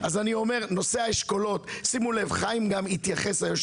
חיים יושב-ראש מרכז השלטון המקומי גם התייחס לכך